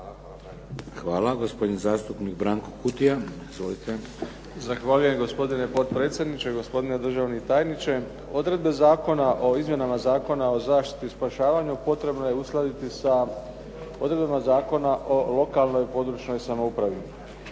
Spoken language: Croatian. Kutija. Izvolite. **Kutija, Branko (HDZ)** Zahvaljujem gospodine potpredsjedniče, gospodine državni tajniče. Odredbe zakona o izmjenama Zakona o zaštiti i spašavanju potrebno je uskladiti sa odredbama Zakona o lokalnoj, područnoj samoupravi.